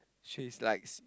she's like